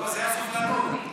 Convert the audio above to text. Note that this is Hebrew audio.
זה הסובלנות.